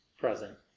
Present